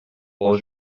pel